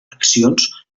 accions